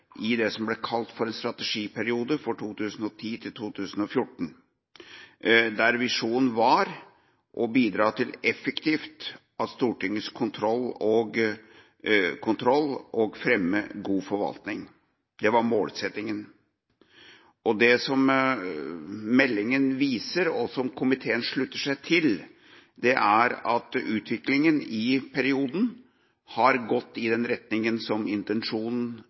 i det som ble kalt strategiperioden 2010–2014, der visjonen var å «bidra effektivt til Stortingets kontroll og fremme god forvaltning». Det var målsettinga. Det som meldinga viser, og som komiteen slutter seg til, er at utviklinga i perioden har gått i den retninga som intensjonen